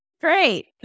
Great